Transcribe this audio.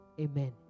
Amen